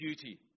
duty